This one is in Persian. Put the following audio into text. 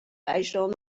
اجرام